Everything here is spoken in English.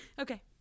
okay